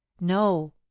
No